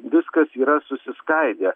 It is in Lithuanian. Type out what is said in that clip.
viskas yra susiskaidę